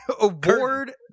award